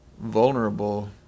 Vulnerable